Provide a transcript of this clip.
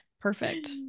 perfect